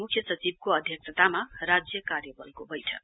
मूख्य सचिवको अध्यक्षतामा राज्य कार्य बलको बैठक